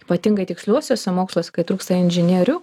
ypatingai tiksliuosiuose moksluose kai trūksta inžinierių